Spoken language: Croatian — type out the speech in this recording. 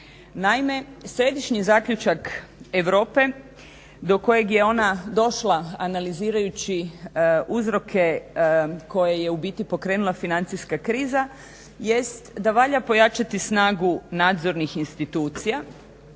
Naime, središnji zaključak Europe do kojeg je ona došla analizirajući uzroke koje je u biti pokrenula financijska kriza jest da valja pojačati snagu nadzornih institucija,